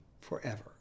forever